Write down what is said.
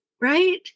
right